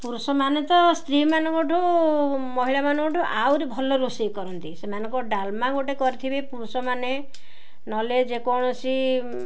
ପୁରୁଷମାନେ ତ ସ୍ତ୍ରୀମାନାନଙ୍କଠୁ ମହିଳାମାନଙ୍କଠୁ ଆହୁରି ଭଲ ରୋଷେଇ କରନ୍ତି ସେମାନଙ୍କ ଡ଼ାଲମା ଗୋଟେ କରିଥିବେ ପୁରୁଷମାନେ ନହେଲେ ଯେକୌଣସି